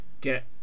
get